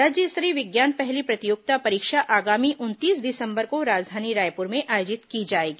राज्य स्तरीय विज्ञान पहेली प्रतियोगिता परीक्षा आगामी उनतीस दिसंबर को राजधानी रायपुर में आयोजित की जाएगी